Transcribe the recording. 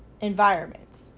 environments